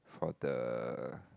for the